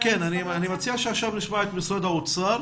אני מציע שעכשיו נשמע את משרד האוצר.